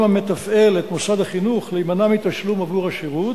המתפעל את מוסד החינוך להימנע מתשלום עבור השירות,